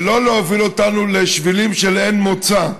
ולא להוביל אותנו לשבילים של אין מוצא.